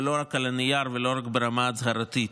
ולא רק על הנייר ולא רק ברמת הצהרתית.